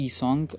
song